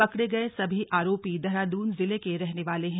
पकड़े गए सभी आरोपी देहरादून जिले के रहने वाले है